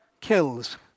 kills